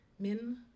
Min